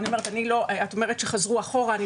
את אומרת שהם חזרו אחורה,